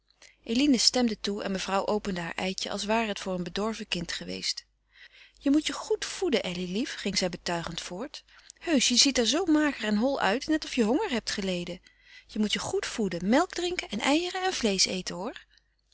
eline stemde toe en mevrouw opende haar eitje als ware het voor een bedorven kind geweest je moet je goed voeden elly lief ging zij betuigend voort heusch je ziet er zoo mager en hol uit net of je honger hebt geleden je moet je goed voeden melk drinken en eieren en vleesch eten hoor